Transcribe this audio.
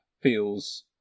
feels